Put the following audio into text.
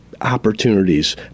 opportunities